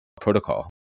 protocol